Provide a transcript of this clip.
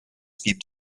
gibt